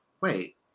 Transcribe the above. wait